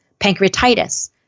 pancreatitis